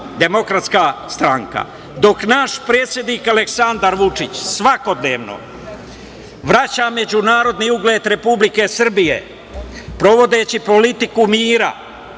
Demokratska stranka. Dok naš predsednik Aleksandar Vučić svakodnevno vraća međunarodni ugled Republike Srbije, provodeći politiku mira,